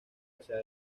hacia